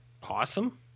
Possum